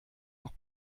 noch